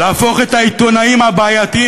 להפוך את העיתונאים הבעייתיים